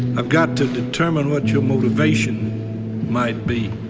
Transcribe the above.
i've got to determine what your motivation might be.